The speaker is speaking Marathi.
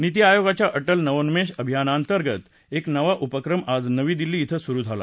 नीती आयोगाच्या अटल नवोन्मेष अभियानाअर्छित एक नवा उपक्रम आज नवी दिल्ली इथस्विरु झाला